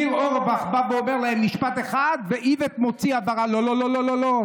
ניר אורבך בא ואומר להם משפט אחד ואיווט מוציא הבהרה: לא לא לא,